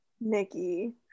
Nikki